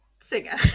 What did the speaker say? singer